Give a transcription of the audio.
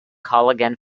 collagen